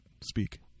Speak